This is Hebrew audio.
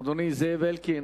אדוני זאב אלקין.